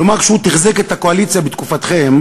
כלומר, כשהוא תחזק את הקואליציה בתקופתכם,